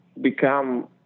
become